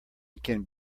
can